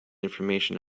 information